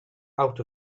out